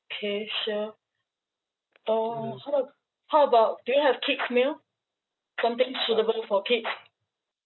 K sure for how a~ how about do you have kid's meal something suitable for kids